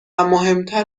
مهمتر